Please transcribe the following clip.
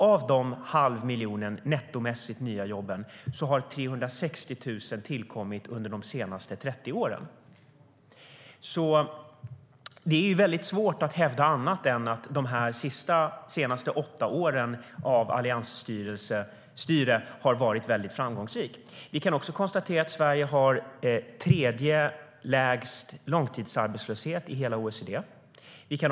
Av den halva miljonen, nettomässigt, nya jobb har 360 000 tillkommit de senaste åtta åren. Det är alltså svårt att hävda något annat än att de senaste åtta åren av alliansstyre har varit väldigt framgångsrika. Vi kan också konstatera att Sverige har den tredje lägsta långtidsarbetslösheten i hela OECD.